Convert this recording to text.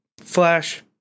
Flash